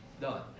Done